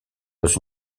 dans